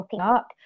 up